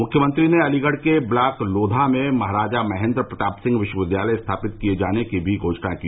मुख्यमंत्री ने अलीगढ़ के ब्लॉक लोया में महाराजा महेन्द्र प्रताप सिंह विश्वविद्यालय स्थापित किये जाने की भी घोषणा की